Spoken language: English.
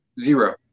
zero